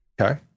Okay